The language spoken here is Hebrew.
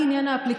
כאמור,